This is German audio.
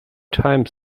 times